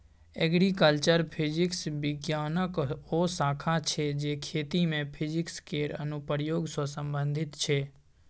agriculture physics बिज्ञानक ओ शाखा छै जे खेती मे फिजिक्स केर अनुप्रयोग सँ संबंधित छै